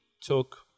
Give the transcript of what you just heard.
took